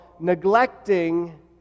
neglecting